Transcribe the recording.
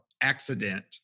accident